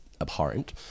abhorrent